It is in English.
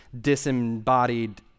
disembodied